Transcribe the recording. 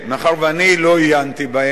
מאחר שאני לא עיינתי בהם,